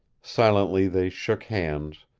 silently they shook hands,